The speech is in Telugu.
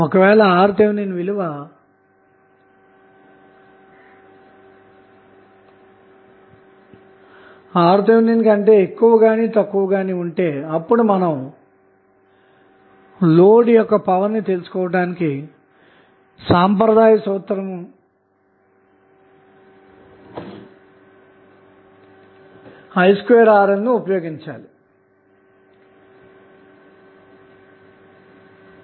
ఒకవేళ RTh విలువ RTh కంటే ఎక్కువగాని తక్కువగా గాని ఉంటె అప్పుడు మనం లోడ్ కి బదిలీ అయిన గరిష్టమైన పవర్ ని తెలుసుకోవటానికి సంప్రదాయ సూత్రమైన i2RL ను ఉపయోగించాలన్నమాట